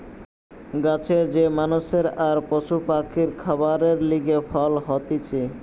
গাছের যে মানষের আর পশু পাখির খাবারের লিগে ফল হতিছে